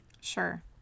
sure